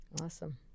Awesome